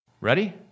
Ready